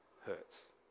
hurts